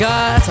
God